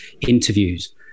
interviews